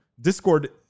Discord